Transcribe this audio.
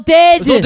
dead